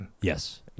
Yes